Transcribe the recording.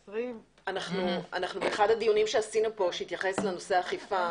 20. באחד הדיונים שקיימנו כאן שהתייחס לנושא האכיפה,